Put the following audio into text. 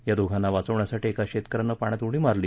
या दोघांना वाचण्यासाठी एका शेतकऱ्यानं पाण्यात उडी मारली